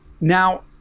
Now